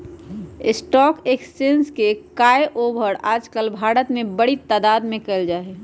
stock exchange के काएओवार आजकल भारत में बडी तादात में कइल जा हई